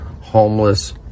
homeless